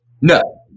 No